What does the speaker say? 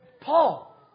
Paul